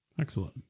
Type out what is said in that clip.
Excellent